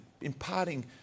imparting